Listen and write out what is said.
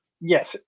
Yes